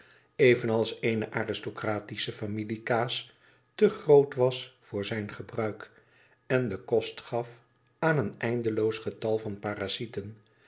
evenals eene aristocratische familiekaas te groot was voor zijn gebruik en den kost gaf aan een eindeloos getal van parasieten